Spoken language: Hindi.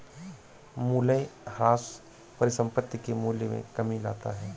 मूलयह्रास परिसंपत्ति के मूल्य में कमी लाता है